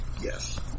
Yes